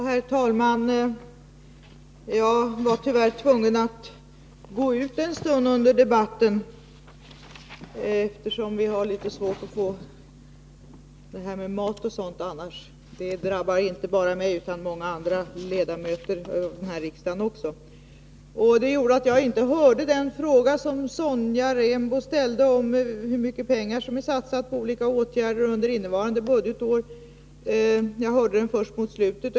Herr talman! Jag var tyvärr tvungen att gå ut en stund under debatten, eftersom det är litet svårt att annars få mat. Detta drabbar inte bara mig, utan också många andra ledamöter i riksdagen. Det gjorde att jag inte hörde den fråga som Sonja Rembo ställde om hur mycket pengar som under innevarande budgetår har satsats på olika åtgärder. Jag fick först mot slutet av debatten veta att denna fråga hade ställts.